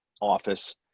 office